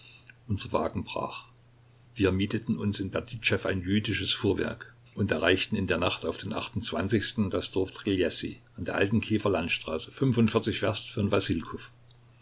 unser wagen brach wir mieteten uns in berditschew ein jüdisches fuhrwerk und erreichten in der nacht auf den das dorf triljessy an der alten kiewer landstraße werst von